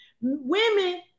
Women